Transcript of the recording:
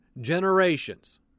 generations